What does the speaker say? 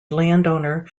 landowner